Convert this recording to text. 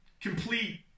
complete